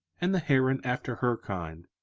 and the heron after her kind,